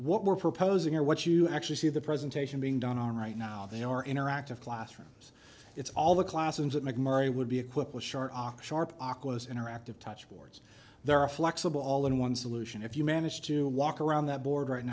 what we're proposing or what you actually see the presentation being done on right now they are interactive classrooms it's all the classrooms at mcmurray would be equipped with sharp sharp acos interactive touch warts there are flexible all in one solution if you manage to walk around that board right